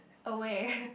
away